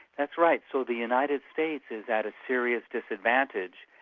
that's right. so the united states is at a serious disadvantage.